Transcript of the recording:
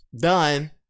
done